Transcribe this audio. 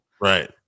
right